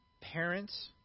Parents